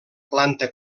planta